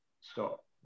stop